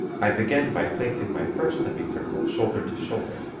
i begin by placing my first semi-circle shoulder to shoulder.